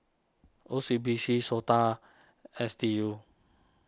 O C B C Sota S D U